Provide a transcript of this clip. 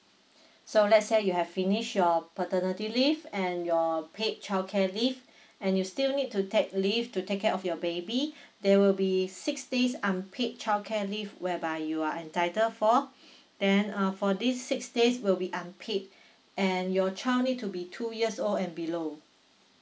so let's say you have finish your paternity leave and your paid childcare leave and you still need to take leave to take care of your baby there will be six days' unpaid childcare leave whereby you are entitled for then uh for these six days will be unpaid and your child need to be two years old and below